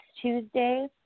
tuesday